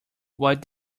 what